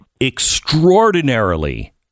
extraordinarily